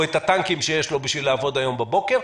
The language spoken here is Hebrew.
או את הטנקים שיש לו בשביל לעבוד היום בבוקר.